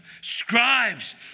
scribes